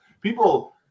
People